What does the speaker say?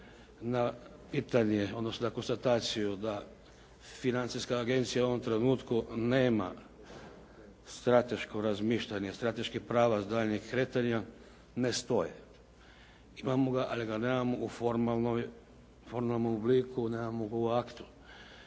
na pitanje, odnosno na konstataciju da Financijska agencija u ovom trenutku nema strateško razmišljanje, strateških prava daljnjih kretanja ne stoje. Imamo ga, ali ga nemamo u formalnom obliku, nemamo ga u aktu.